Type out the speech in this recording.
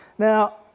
Now